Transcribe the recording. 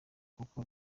kuko